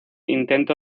intento